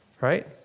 right